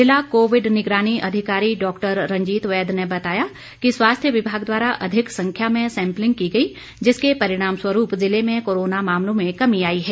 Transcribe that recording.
ज़िला कोविड निगरानी अधिकारी डॉक्टर रंजीत वैद ने बताया कि स्वास्थ्य विभाग द्वारा अधिक संख्या में सैंपलिंग की गई जिसके परिणाम स्वरूप ज़िले में कोरोना मामलों में कमी आई है